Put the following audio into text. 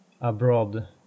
abroad